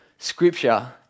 Scripture